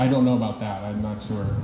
i don't know about that